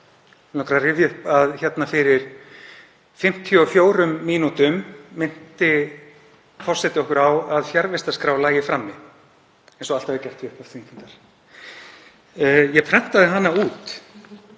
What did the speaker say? langar að rifja upp að fyrir 54 mínútum minnti forseti okkur á að fjarvistarskrá lægi frammi eins og alltaf er gert við upphaf þingfundar. Ég prentaði hana út.